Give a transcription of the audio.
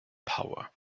power